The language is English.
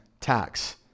tax